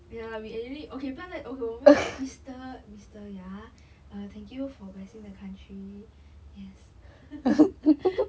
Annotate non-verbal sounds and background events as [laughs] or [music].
ya we okay 不要再 okay 我们 mister mister ya uh thank you for blessing the country yes [laughs]